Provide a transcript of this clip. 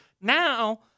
now